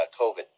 COVID